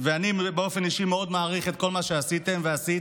ואני באופן אישי מאוד מעריך את כל מה שעשיתם ועשית.